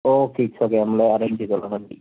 okay it's okay നമ്മൾ arrange ചെയ്തോളാം വണ്ടി